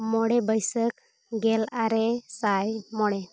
ᱢᱚᱬᱮ ᱵᱟᱹᱭᱥᱟᱹᱠ ᱜᱮᱞ ᱟᱨᱮ ᱥᱟᱭ ᱢᱚᱬᱮ